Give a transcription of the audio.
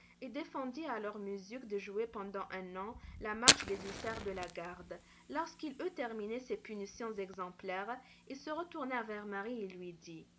et défendit à leur musique de jouer pendant un an la marche des hussards de la garde lorsqu'il eut terminé ces punitions exemplaires il se retourna vers marie et lui dit